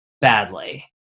badly